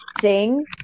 sing